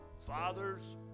Fathers